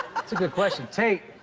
that's a good question. tate,